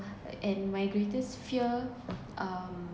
and my greatest fear um